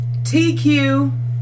TQ